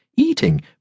Eating